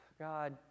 God